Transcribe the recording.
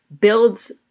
builds